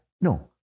No